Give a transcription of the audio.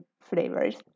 flavors